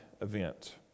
event